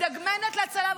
מדגמנת לצלם,